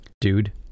dude